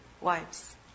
wives